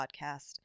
podcast